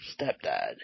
stepdad